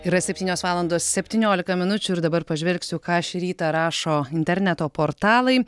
yra septynios valandos septyniolika minučių ir dabar pažvelgsiu ką šį rytą rašo interneto portalai